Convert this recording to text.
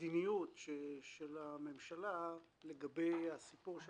והמדיניות של הממשלה לגבי הסיפור של